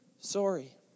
sorry